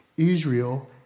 Israel